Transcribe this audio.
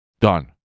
Done